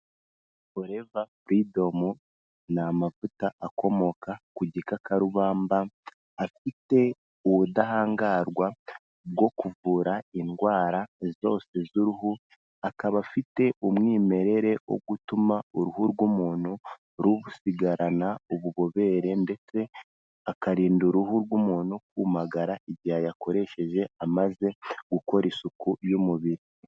Forever freedom, ni amavuta akomoka ku gikakarubamba, afite ubudahangarwa bwo kuvura indwara zose z'uruhu, akaba afite umwimerere wo gutuma uruhu rw'umuntu rusigarana ububobere ndetse akarinda uruhu rw'umuntu kumagara igihe yakoresheje amaze gukora isuku y'umubiri.